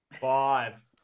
Five